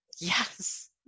yes